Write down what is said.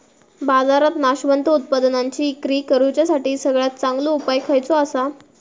बाजारात नाशवंत उत्पादनांची इक्री करुच्यासाठी सगळ्यात चांगलो उपाय खयचो आसा?